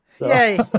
Yay